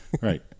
right